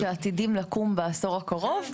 שעתידים לקום בעשור הקרוב?